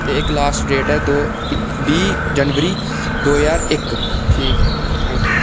ते इक्क last date ऐ दो बीह् जनवरी दो ज्हार इक्क ठीक ऐ थैंक यू